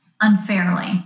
Unfairly